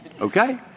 Okay